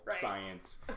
science